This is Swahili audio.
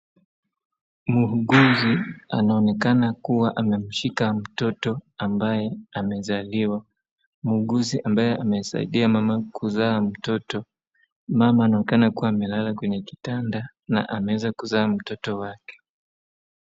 Mhudumu anaonekana kuwa anamshika mtoto ambaye amezaliwa. Muuguzi ambaye amesaidia mama kuzaa mtoto mama anaonekana kuwa amelala kwa kitanda na aweza kuzaa mtoto wake.